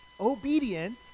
Obedient